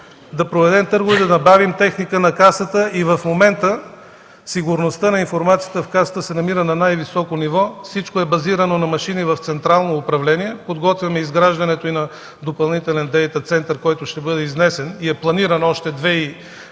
да проведем търгове, да набавим техника на Касата и в момента сигурността на информацията в Касата се намира на най-високо ниво. Всичко е базирано на машини в Централно управление, подготвяме изграждането и на допълнителен Data център, който ще бъде изнесен и е планиран още през